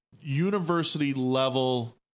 university-level